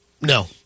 No